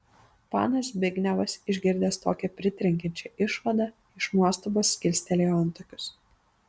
panas zbignevas išgirdęs tokią pritrenkiančią išvadą iš nuostabos kilstelėjo antakius